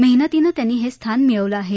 मेहनतीनं त्यांनी हे स्थान मिळवलं आहे